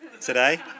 today